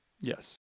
Yes